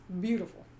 Beautiful